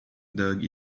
dog